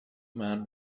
man